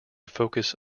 focus